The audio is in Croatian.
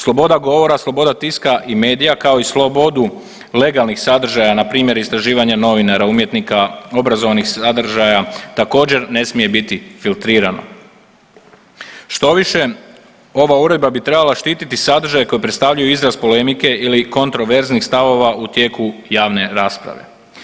Sloboda govora, sloboda tiska i medija kao i slobodu legalnih sadržaja npr. istraživanja novinara, umjetnika, obrazovnih sadržaja također ne smije biti filtrirano, štoviše ova uredba bi trebala štititi sadržaje koji predstavljaju izraz polemike ili kontroverznih stavova u tijeku javne rasprave.